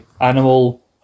Animal